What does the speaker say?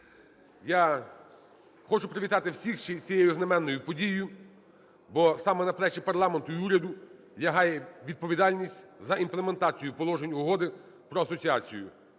Я хочу привітати всіх з цією знаменною подією, бо саме на плечі парламенту і уряду лягає відповідальність за імплементацію положень Угоди про асоціацію.